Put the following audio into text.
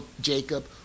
Jacob